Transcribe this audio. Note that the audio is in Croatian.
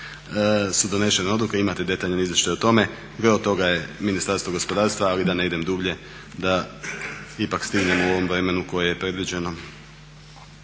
su donesene odluke, imate detaljan izvještaj o tome, gro toga je Ministarstvo gospodarstva ali da ne idem dublje da ipak stignem u ovom vremenu koje je predviđeno.